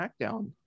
SmackDown